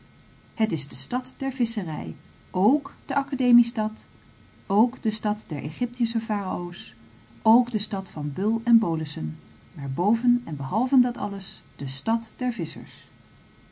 het is de stad der visscherij k de academiestad k de stad der egyptische farao's k de stad van bul en bolussen maar boven en behalve dat alles de stad der